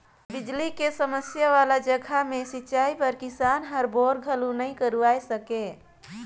बिजली के समस्या वाला जघा मे सिंचई बर किसान हर बोर घलो नइ करवाये सके